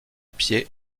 pied